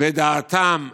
ודעתם עלינו,